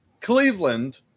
Cleveland